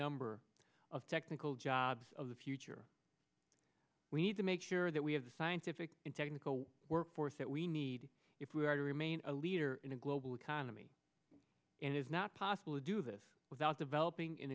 number of technical jobs of the future we need to make sure that we have the scientific and technical workforce that we need if we are to remain a leader in a global economy and is not possible to do this without developing